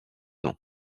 ans